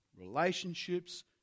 relationships